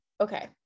Okay